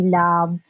love